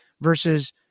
versus